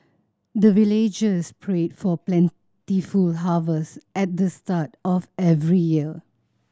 the villagers pray for plentiful harvest at the start of every year